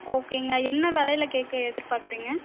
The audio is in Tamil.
ஓகேங்க என்ன விலைல கேட்க எதிர்பாக்கிறிங்க